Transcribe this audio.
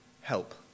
help